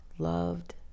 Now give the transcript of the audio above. loved